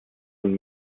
von